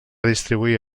distribuir